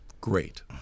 great